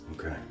Okay